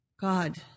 God